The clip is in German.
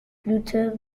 blüte